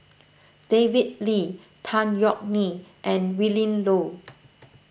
David Lee Tan Yeok Nee and Willin Low